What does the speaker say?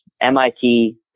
MIT